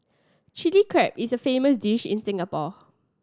Chilli Crab is a famous dish in Singapore